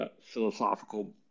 philosophical